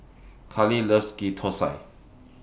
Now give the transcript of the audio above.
Karlee loves Ghee Thosai